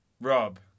Rob